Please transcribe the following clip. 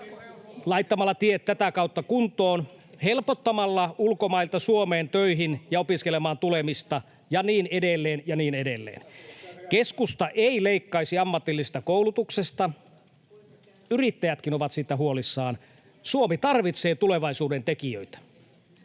laittamalla tiet tätä kautta kuntoon, helpottamalla ulkomailta Suomeen töihin ja opiskelemaan tulemista ja niin edelleen ja niin edelleen. [Antti Kaikkonen: Tämä kuulosti aika järkevältä!] Keskusta ei leikkaisi ammatillisesta koulutuksesta. Yrittäjätkin ovat siitä huolissaan. Suomi tarvitsee tulevaisuuden tekijöitä.